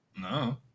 no